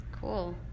Cool